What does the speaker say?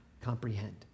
comprehend